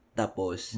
tapos